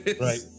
Right